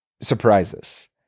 Surprises